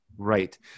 Right